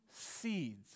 seeds